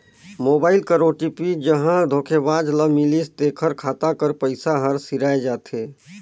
mobile कर OTP जहां धोखेबाज ल मिलिस तेकर खाता कर पइसा हर सिराए जाथे